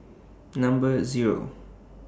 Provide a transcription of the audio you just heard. Number Zero